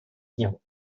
sněhu